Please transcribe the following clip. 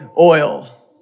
oil